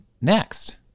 next